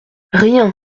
rien